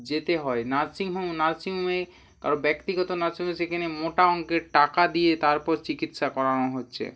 যেতে হয় nursing home nursing হোমে কারও ব্যক্তিগত নার্সিং হোম সেখানে মোটা অঙ্কের টাকা দিয়ে তারপর চিকিৎসা করানো হচ্ছে